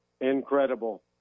Incredible